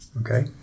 Okay